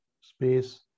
space